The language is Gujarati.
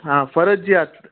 હા ફરજિયાત